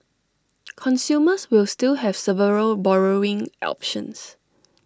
consumers will still have several borrowing options